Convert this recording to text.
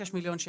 שקל.